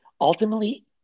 Ultimately